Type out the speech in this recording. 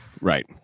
right